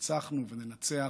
ניצחנו וננצח.